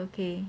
okay